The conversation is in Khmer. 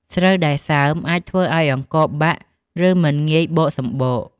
ស្រូវដែលសើមអាចធ្វើឱ្យអង្ករបាក់ ឬមិនងាយបកសម្បក។